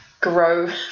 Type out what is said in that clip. grow